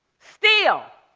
still